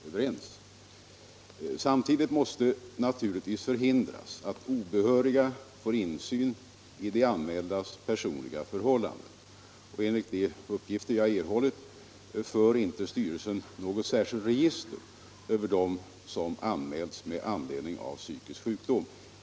Samtidigt måste naturligtvis förhindras att obehöriga får insyn i de anmäldas personliga förhållanden. Enligt de uppgifter jag erhållit för inte styrelsen något särskilt register över dem som anmälts med anledning av psykisk sjukdom.